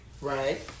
Right